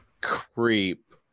creep